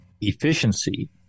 efficiency